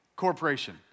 corporation